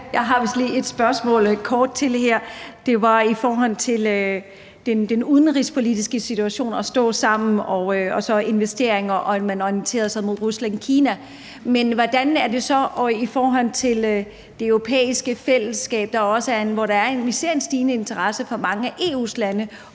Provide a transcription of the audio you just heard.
Jeg har et kort spørgsmål til. Det er i forhold til den udenrigspolitiske situation og det at stå sammen og så i forhold til investeringer, og at man orienterer sig mod Rusland og Kina. Men hvordan er det så i forhold til Det Europæiske Fællesskab, hvor vi ser en stigende interesse fra mange af EU's lande